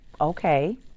Okay